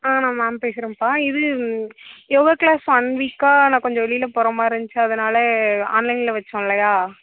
ஆ நான் மேம் பேசுகிறேன்பா இது யோகா கிளாஸ் ஒன் வீக்காக நான் கொஞ்சம் வெளியில் போகிற மாதிரி இருந்துச்சி அதனால் ஆன்லைனில் வச்சோம் இல்லையா